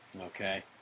Okay